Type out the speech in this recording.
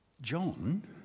John